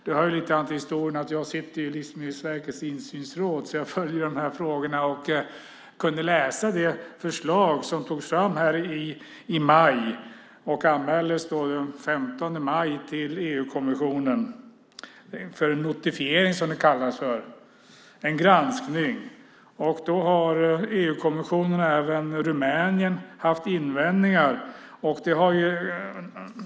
Det hör lite grann till historien att jag sitter i Livsmedelsverkets insynsråd, så jag följer de här frågorna och kunde läsa det förslag som togs fram i maj. Det anmäldes den 15 maj till EU-kommissionen för notifiering, som det kallas, en granskning. EU-kommissionen och även Rumänien har haft invändningar.